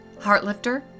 Heartlifter